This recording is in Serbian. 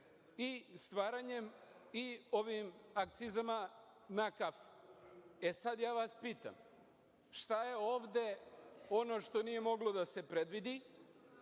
i stvaranjem, i ovim akcizama na kafu,E, sada vas pitam – šta je ovde ono što nije moglo da se predvidi